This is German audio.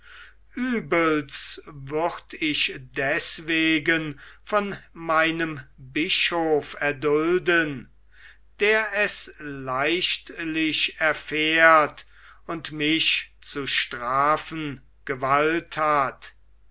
übels würd ich deswegen von meinem bischof erdulden der es leichtlich erfährt und mich zu strafen gewalt hat